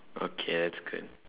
okay that's good